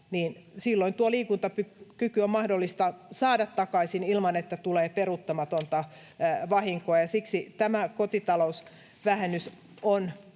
silloin tuo liikuntakyky on mahdollista saada takaisin ilman että tulee peruuttamatonta vahinkoa. Siksi tämä kotitalousvähennys on